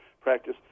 practice